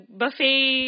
buffet